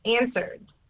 answered